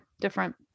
different